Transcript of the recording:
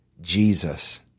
Jesus